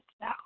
now